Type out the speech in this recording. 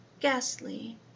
ghastly